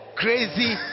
crazy